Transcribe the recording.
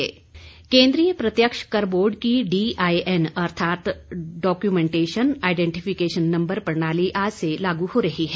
DIN केन्द्रीय प्रत्यक्ष कर बोर्ड की डीआईएन अर्थात् डॉक्यूमेंटेशन आईडेंटिफिकेशन नंबर प्रणाली आज से लागू हो रही है